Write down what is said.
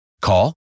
Call